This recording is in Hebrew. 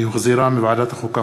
שהוחזרה מוועדת החוקה,